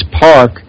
park